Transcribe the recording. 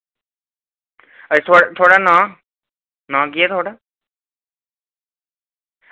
थुआढ़ा नांऽ नांऽ केह् ऐ थुआढ़ा